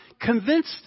convinced